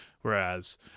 Whereas